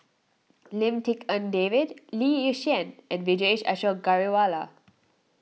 Lim Tik En David Lee Yi Shyan and Vijesh Ashok Ghariwala